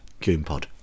GoonPod